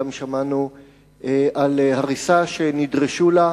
גם שמענו על הריסה שנדרשו לה,